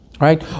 Right